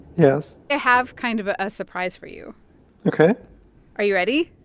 yes. i have kind of a ah surprise for you ok are you ready?